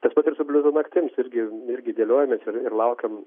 tas pat ir su bliuzo naktims irgi irgi dėliojamės ir ir laukiam